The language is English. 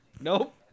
Nope